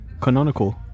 Canonical